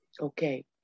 Okay